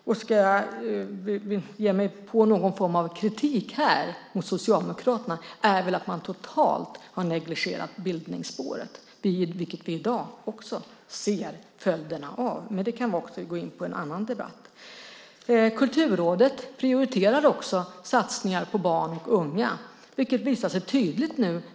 Om jag ska ge mig på någon form av kritik mot Socialdemokraterna här är det väl att man totalt har negligerat bildningsspåret, vilket vi i dag ser följderna av. Men det kan vi gå in på i en annan debatt. Kulturrådet prioriterar också satsningar på barn och unga, vilket visar sig tydligt nu.